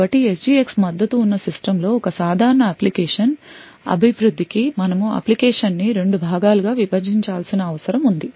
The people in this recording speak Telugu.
కాబట్టి SGX మద్దతు ఉన్న సిస్టమ్లో ఒక సాధారణ అప్లికేషన్ అభివృద్ధికి మనము అప్లికేషన్ ని రెండు భాగాలు గా విభజించాల్సిన అవసరం ఉంది